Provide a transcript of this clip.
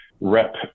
Rep